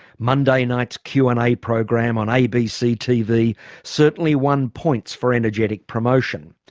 monday night's q and a program on abc tv certainly won points for energetic promotion,